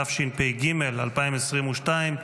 התשפ"ג 2022,